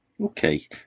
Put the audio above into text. Okay